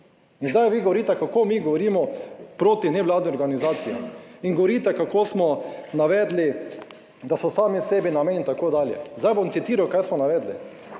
In zdaj vi govorite, kako mi govorimo proti nevladnim organizacijam in govorite, kako smo navedli, da so sami sebi namen, itd. zdaj bom citiral, kaj smo navedli,